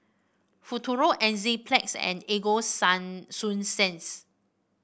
Futuro Enzyplex and Ego Sign Sunsense